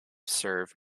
serves